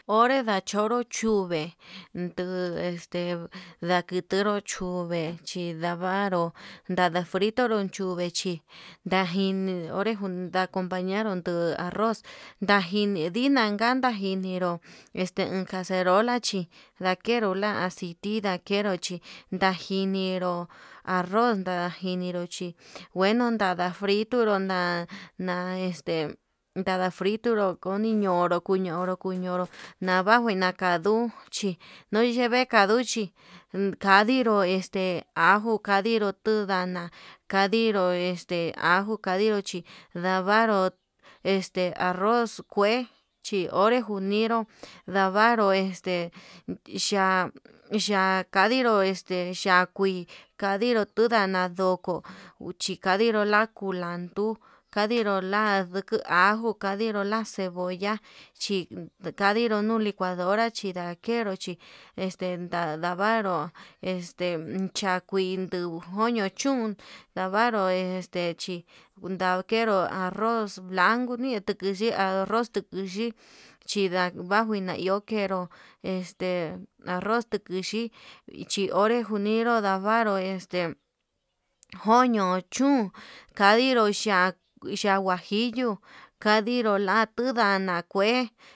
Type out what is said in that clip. Onré ndachonro chuve'e enduu este ndakicheru chuu chuve chindavaru, nadan fritu natunru chuve chí ndajini onre jun compañero nduu arroz ndajini nduna jan najiniro, caserola chí lakero lia aciti ndakero chi lachinero arroz nadjiniro chí ngueno ndara frito nró na na este nada frituru kuni ñonro kuñonro kuñonro nabaja naka ñuu chi nuveja kanduchi, kandiro este ajo kandinró tuu ndana kandiro ajo kandiro chi navaru este arroz kue onri njuni ndavaro este xhakanro este ya'a kuii kadiro tinana ndó, ko kandiro la kulando kandiro la nduku ajo kandiro la cebolla chi kandiro nuu licuadora chi ndakero chí este ndadavaru este ch'a kuii koño chun ndavaro este kundau kenru arroz lankuni arroz tukuñi ndajuajo na iho kenro este arroz tuku yii ichi onre njuñinru ndavaru este koño chún, kandiro ya'á huajillo kandiro latu lana kue.